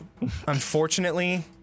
Unfortunately